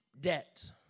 debt